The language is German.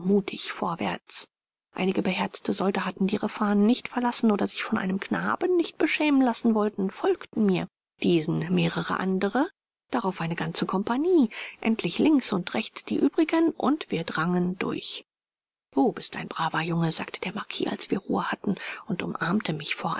mutig vorwärts einige beherzte soldaten die ihre fahne nicht verlassen oder sich von einem knaben nicht beschämen lassen wollten folgten mir diesen mehrere andere darauf eine ganze kompanie endlich links und rechts die übrigen und wir drangen durch du bist ein braver junge sagte der marquis als wir ruhe hatten und umarmte mich